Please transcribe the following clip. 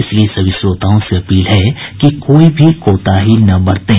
इसलिए सभी श्रोताओं से अपील है कि कोई भी कोताही न बरतें